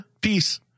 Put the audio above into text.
Peace